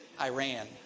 Iran